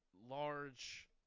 large